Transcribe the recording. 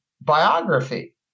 biography